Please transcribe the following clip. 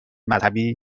مذهبی